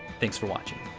thanks for watching.